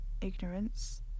ignorance